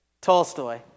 Tolstoy